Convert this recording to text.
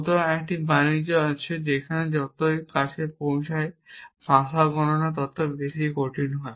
সুতরাং একটি বাণিজ্য আছে যেখানে যত কাছে পৌছাই ভাষা গণনা করা তত বেশি কঠিন হয়